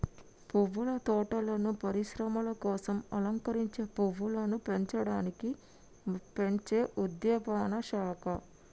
పువ్వుల తోటలను పరిశ్రమల కోసం అలంకరించే పువ్వులను పెంచడానికి పెంచే ఉద్యానవన శాఖ